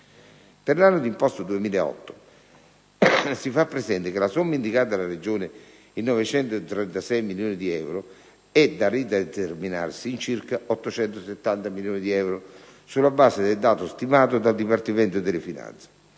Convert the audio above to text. Per l'anno d'imposta 2008, si fa presente che la somma indicata dalla Regione in 936 milioni di euro è da rideterminarsi in circa 870 milioni di euro sulla base del dato stimato dal Dipartimento delle finanze.